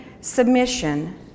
submission